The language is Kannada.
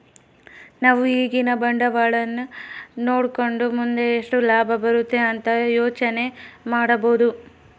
ನಾವು ಈಗಿನ ಬಂಡವಾಳನ ನೋಡಕಂಡು ಮುಂದೆ ಎಷ್ಟು ಲಾಭ ಬರುತೆ ಅಂತ ಯೋಚನೆ ಮಾಡಬೋದು